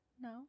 no